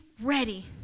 ready